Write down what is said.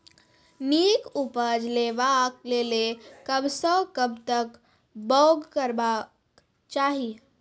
नीक उपज लेवाक लेल कबसअ कब तक बौग करबाक चाही?